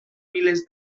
milers